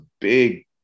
big